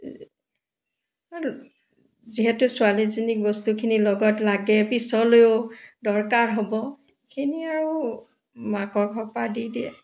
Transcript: যিহেতু ছোৱালীজনীক বস্তুখিনি লগত লাগে পিচলৈয়ো দৰকাৰ হ'ব সেইখিনি আৰু মাকৰ ঘৰ পৰা দি দিয়ে